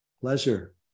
Pleasure